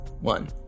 one